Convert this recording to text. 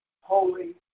holy